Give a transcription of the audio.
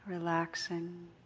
Relaxing